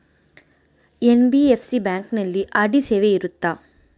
NBFC ಬ್ಯಾಂಕಿನಲ್ಲಿ RD ಸೇವೆ ಇರುತ್ತಾ?